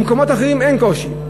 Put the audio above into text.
במקומות אחרים אין קושי.